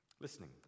Listening